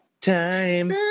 Time